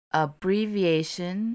abbreviation